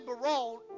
Barone